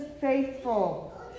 faithful